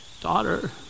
daughter